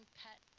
pet